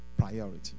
Priority